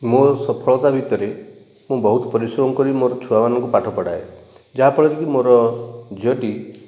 ମୋ ସଫଳତା ଭିତରେ ମୁଁ ବହୁତ ପରିଶ୍ରମ କରି ମୋର ଛୁଆଁମାନଙ୍କୁ ପାଠ ପଢ଼ାଏ ଯାହାଫଳରେ କି ମୋର ଝିଅଟି